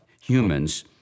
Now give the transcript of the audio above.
humans